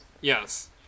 Yes